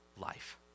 life